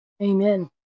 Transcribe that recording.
Amen